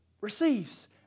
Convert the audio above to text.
Receives